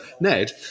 Ned